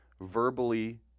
verbally